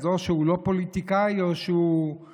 אז או שהוא לא פוליטיקאי או שהוא מאוד